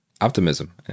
optimism